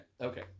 Okay